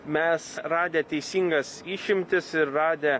mes radę teisingas išimtis ir radę